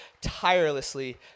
tirelessly